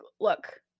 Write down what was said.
Look